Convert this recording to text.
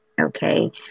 okay